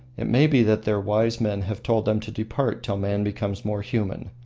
it may be that their wise men have told them to depart till man becomes more human.